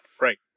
Right